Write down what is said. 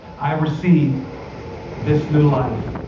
i receive this new life.